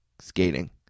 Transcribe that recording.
skating